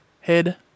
Head